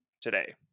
today